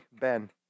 Ben